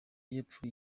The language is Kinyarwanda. y’epfo